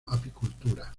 apicultura